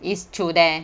is through there